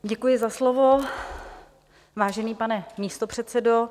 Děkuji za slovo, vážený pane místopředsedo.